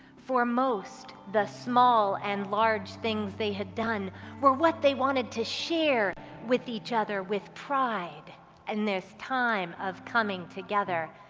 for most, the small and large things they had done were what that they wanted to share with each other with pride in this time of coming together.